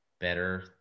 better